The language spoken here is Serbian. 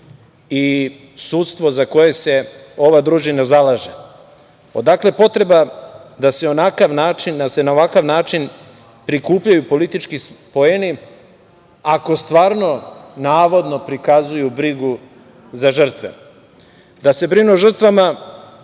i sudstvo za koje se ova družina zalaže, odakle potreba da se na ovakav način prikupljaju politički poeni ako stvarno, navodno prikazuju brigu za žrtve. Da se brinu o žrtvama